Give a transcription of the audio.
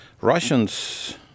Russians